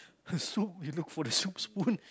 the soup you look for the soup spoon